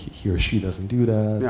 he or she doesn't do that, yeah